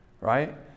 right